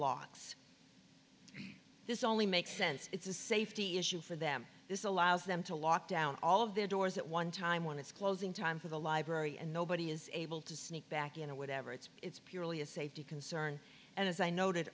locks this only makes sense it's a safety issue for them this allows them to lock down all of their doors at one time when it's closing time for the library and nobody is able to sneak back into whatever it's purely a safety concern and as i noted